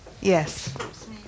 Yes